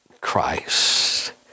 Christ